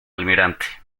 almirante